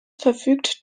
verfügt